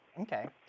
Okay